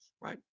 right